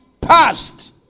past